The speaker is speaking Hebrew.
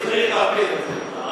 אז הוא החליט שהוא צריך להפיל את זה.